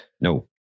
No